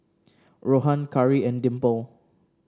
Rohan Karri and Dimple